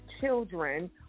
children